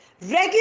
regular